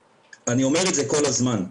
אני אומר את זה כל הזמן.